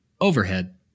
overhead